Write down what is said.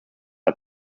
are